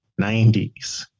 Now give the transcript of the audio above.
90s